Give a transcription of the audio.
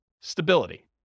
stability